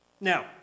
Now